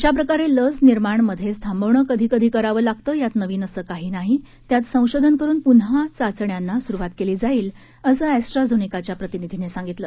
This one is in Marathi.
असा प्रकारे लस निर्माण मधेच थांबवणं कधी कधी करावं लागतं यात नवीन असं काही नाही त्यात संशोधन करून प्रन्हा चाचण्यांना सुरुवात केली जाईल असं ऍस्ट्रा झेनेकाच्या प्रतिनिधींनी सांगितलं